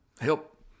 help